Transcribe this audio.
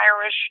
Irish